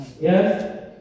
Yes